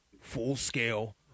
full-scale